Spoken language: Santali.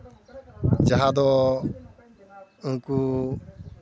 ᱡᱟᱦᱟᱸ ᱫᱚ ᱩᱱᱠᱩ